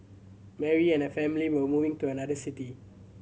Mary and her family were moving to another city